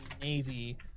navy